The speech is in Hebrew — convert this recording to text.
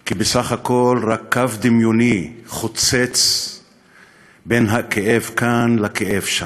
כי בסך הכול רק קו דמיוני חוצץ בין הכאב כאן לכאב שם.